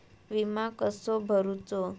विमा कसो भरूचो?